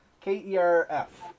K-E-R-F